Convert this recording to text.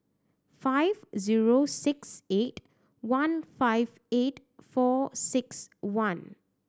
five zero six eight one five eight four six one